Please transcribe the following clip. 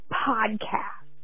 podcast